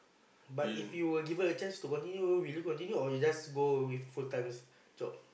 but if you are given a chance to continue will you continue or you just go with full time job